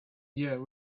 year